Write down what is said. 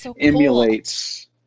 emulates